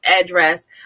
address